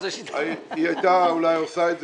היא היתה אולי עושה את זה.